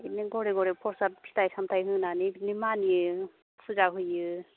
बिदिनो घरे घरे प्रसाद फिथाइ सामथाइ होनानै बिदिनो मानियो फुजा होयो